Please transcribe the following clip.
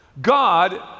God